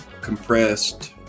compressed